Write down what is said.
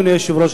אדוני היושב-ראש,